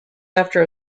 after